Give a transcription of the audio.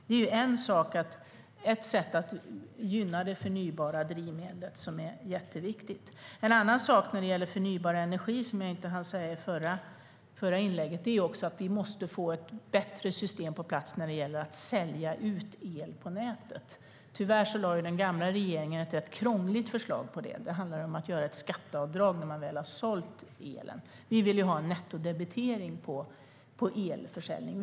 Detta är ett sätt att gynna förnybara drivmedel, vilket är jätteviktigt. En annan sak när det gäller förnybar energi som jag inte hann säga i mitt förra inlägg är att vi måste få ett bättre system på plats för att sälja ut el på nätet. Tyvärr lade den gamla regeringen fram ett ganska krångligt förslag om detta. Det handlade om ett skatteavdrag när man väl har sålt elen. Vi vill i stället ha en nettodebitering på elförsäljning.